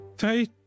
hey